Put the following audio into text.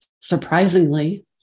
surprisingly